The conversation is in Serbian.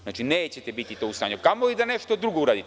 Znači, nećete biti to u stanju, a kamo li da nešto drugo uradite.